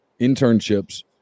internships